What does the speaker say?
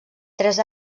tres